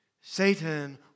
Satan